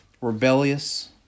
rebellious